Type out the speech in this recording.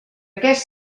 aquest